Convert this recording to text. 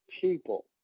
people